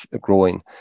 growing